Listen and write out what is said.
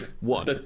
One